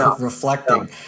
reflecting